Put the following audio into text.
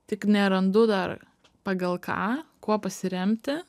tik nerandu dar pagal ką kuo pasiremti